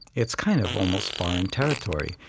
it's kind of almost foreign territory.